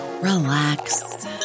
relax